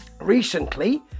recently